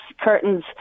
curtains